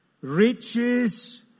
riches